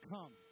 Come